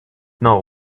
know